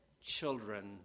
children